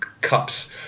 cups